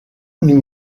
nous